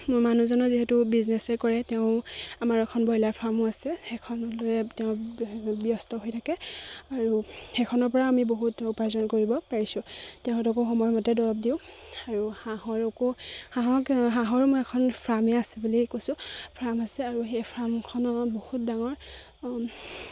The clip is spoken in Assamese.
মোৰ মানুহজনৰ যিহেতু বিজনেচে কৰে তেওঁ আমাৰ এখন ব্ৰইলাৰ ফাৰ্মো আছে সেইখনলৈ তেওঁ ব্যস্ত হৈ থাকে আৰু সেইখনৰ পৰা আমি বহুত উপাৰ্জন কৰিব পাৰিছোঁ তেওঁলোককো সময়মতে দৰৱ দিওঁ আৰু হাঁহকো হাঁহৰো মই এখন ফ্ৰামেই আছে বুলি কৈছোঁ ফ্ৰাম আছে আৰু সেই ফ্ৰামখনৰ বহুত ডাঙৰ